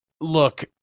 look